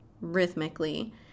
rhythmically